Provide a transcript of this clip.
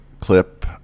clip